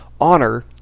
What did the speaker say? honor